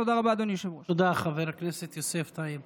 תודה רבה, אדוני היושב-ראש.